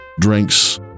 drinks